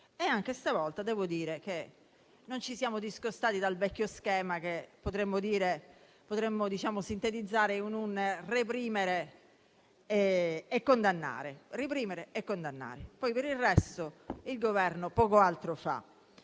Anche stavolta non ci siamo discostati dal vecchio schema, che sintetizzerei in un reprimere e condannare; poi, per il resto, il Governo poco altro fa.